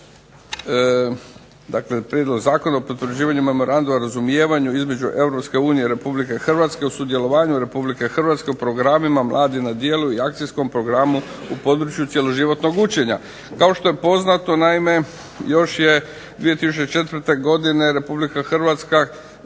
dakle Zakona o potvrđivanju memoranduma o razumijevanju između Europske unije i Republike Hrvatske o sudjelovanju Republike Hrvatske u Programu mladi na djelu i Akcijskom programu u području cjeloživotnog učenja. Kao što je poznato naime još je 2004. godine RH potpisala